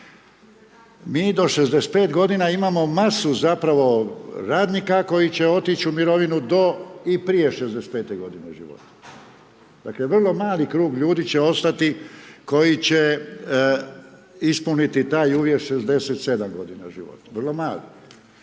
mi do 65 godina imamo masu zapravo radnika koji će otići u mirovinu do i prije 65. godine života. Dakle, vrlo mali krug ljudi će ostati koji će ispuniti taj uvjet 67 godina života, vrlo mali.